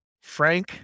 Frank